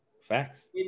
Facts